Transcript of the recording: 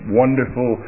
wonderful